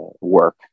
work